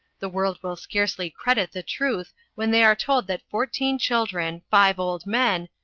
the world will scarcely credit the truth when they are told that fourteen children, five old men,